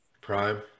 Prime